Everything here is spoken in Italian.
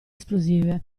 esplosive